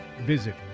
visit